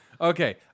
okay